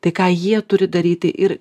tai ką jie turi daryti ir